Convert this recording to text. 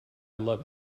love